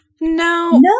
No